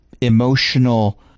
emotional